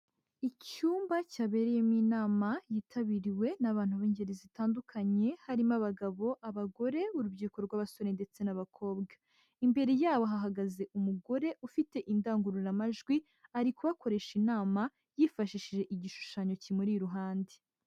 Icyumba cyabereyemo inama yitabiriwe n'abantu b'ingeri zitandukanye harimo abagabo, abagore, urubyiruko rw'abasore ndetse n'abakobwa. Imbere yabo hahagaze umugore ufite indangururamajwi, ari kubakoresha inama yifashishije igishushanyo kimuri iruhande.